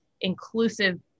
inclusive